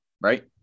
Right